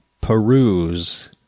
peruse